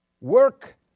work